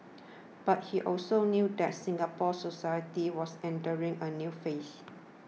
but he also knew that Singapore society was entering a new phase